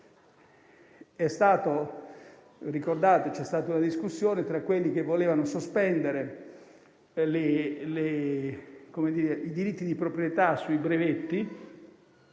ricordato che c'è stata una discussione tra quelli che volevano sospendere i diritti di proprietà sui brevetti,